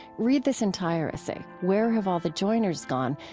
read this entire essay, where have all the joiners gone?